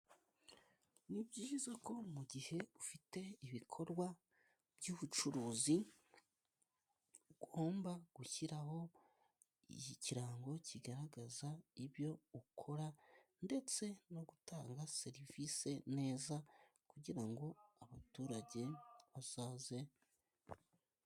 Ni byiza ko mu gihe ufite ibikorwa by'ubucuruzi ugomba gushyiraho ikirango kigaragaza ibyo ukora, ndetse no gutanga serivisi neza, kugira ngo abaturage bazaze.